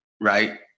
right